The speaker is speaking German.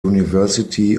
university